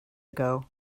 ago